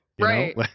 Right